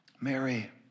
Mary